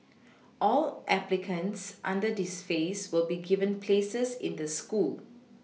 all applicants under this phase will be given places in the school